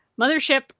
Mothership